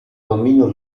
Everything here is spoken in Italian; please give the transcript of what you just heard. bambino